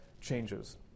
changes